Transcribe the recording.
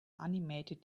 animated